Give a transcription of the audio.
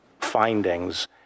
findings